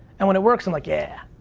and when it works, i'm like, yeah!